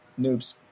noobs